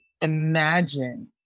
imagine